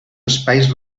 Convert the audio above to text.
espais